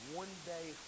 one-day